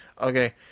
Okay